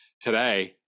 today